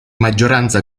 maggioranza